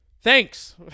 Thanks